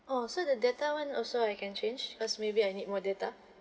oh so the data [one] also I can change cause maybe I need more data